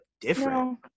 different